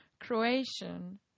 croatian